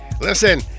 Listen